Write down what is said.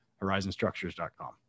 horizonstructures.com